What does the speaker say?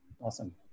Awesome